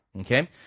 Okay